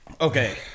Okay